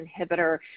inhibitor